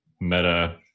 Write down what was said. meta